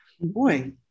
boy